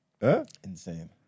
Insane